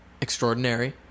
extraordinary